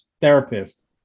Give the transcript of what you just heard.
therapist